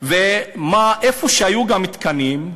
ואיפה שהיו תקנים,